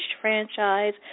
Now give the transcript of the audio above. franchise